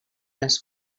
les